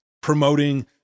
promoting